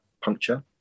puncture